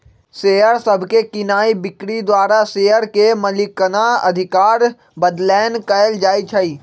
share सभके कीनाइ बिक्री द्वारा शेयर के मलिकना अधिकार बदलैंन कएल जाइ छइ